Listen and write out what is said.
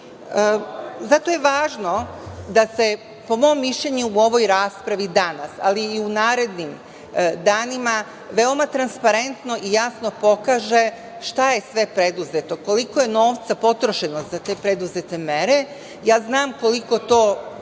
zato je važno da se po mom mišljenju u ovoj raspravi danas, ali i u narednim danima veoma transparentno i jasno pokaže šta je sve preduzeto, koliko je novca potrošeno za te preduzete mere. Ja znam koliko to dnevno